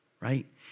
right